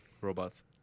Robots